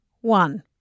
One